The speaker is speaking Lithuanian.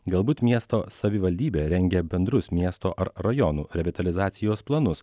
galbūt miesto savivaldybė rengia bendrus miesto ar rajonų revitalizacijos planus